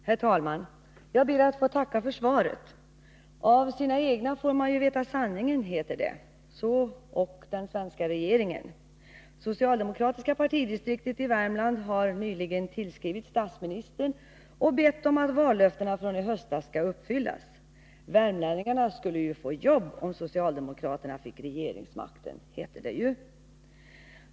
Herr talman! Jag ber att få tacka för svaret. Av sina egna får man veta sanningen, heter det. Det gäller också för den svenska regeringen. Det socialdemokratiska partidistriktet i Värmland har nyligen tillskrivit statsministern och bett att vallöftena från i höstas skall uppfyllas. Värmlänningarna skulle ju få jobb om socialdemokraterna fick regeringsmakten, hade det utlovats.